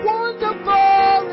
Wonderful